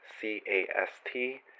C-A-S-T